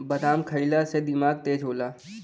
बादाम खइला से दिमाग तेज होला